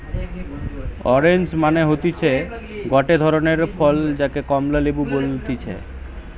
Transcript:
orange মানে হতিছে গটে ধরণের ফল যাকে কমলা লেবু বলতিছে